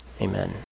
Amen